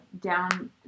down